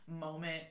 moment